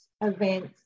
events